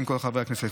בין כל חברי הכנסת,